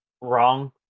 Wrong